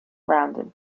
rounded